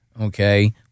Okay